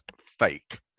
fake